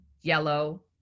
yellow